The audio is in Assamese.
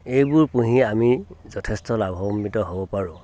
এইবোৰ পুহি আমি যথেষ্ট লাভান্বিত হ'ব পাৰোঁ